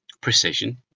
precision